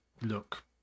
look